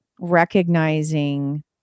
recognizing